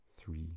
three